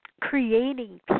creating